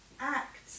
acts